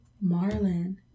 Marlin